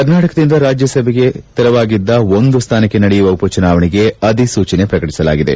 ಕರ್ನಾಟಕದಿಂದ ರಾಜ್ಯಸಭೆಯಲ್ಲಿ ತೆರವಾಗಿದ್ದ ಒಂದು ಸ್ಥಾನಕ್ಷೆ ನಡೆಯುವ ಉಪಚುನಾವಣೆಗೆ ಅಧಿಸೂಚನೆ ಪ್ರಕಟಸಲಾಗಿದೆ